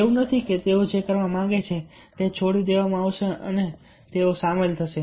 એવું નથી કે તેઓ જે કરવા માગે છે તે છોડી દેવામાં આવશે અને તેઓ સામેલ થશે